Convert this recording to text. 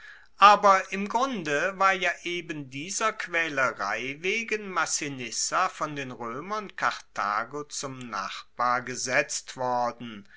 aber im grunde war ja eben dieser quaelerei wegen massinissa von den roemern karthago zum nachbar gesetzt worden